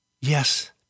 yes